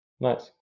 Nice